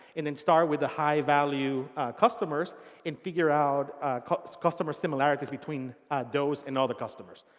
and then start with the high value customers and figure out customer similarities between those and other customers.